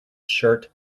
shirt